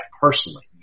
personally